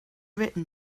written